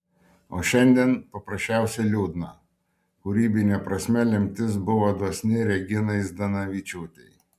o šiandien paprasčiausiai liūdna kūrybine prasme lemtis buvo dosni reginai zdanavičiūtei